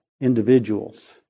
individuals